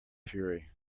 fury